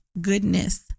goodness